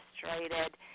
frustrated